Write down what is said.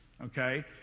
okay